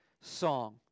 song